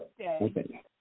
Okay